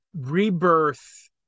rebirth